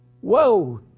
Whoa